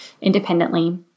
independently